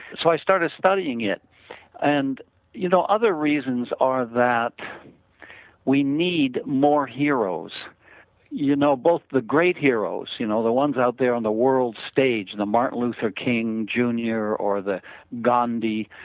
so i started studying it and you know other reasons are that we need more heroes you know both the great heroes, you know the ones out there on the world stage, the martin luther king junior or the gandhi,